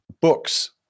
books